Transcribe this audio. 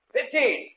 Fifteen